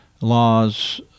laws